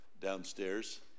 downstairs